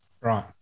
Right